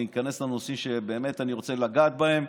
שאני איכנס לנושאים שאני באמת רוצה לגעת בהם.